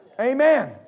Amen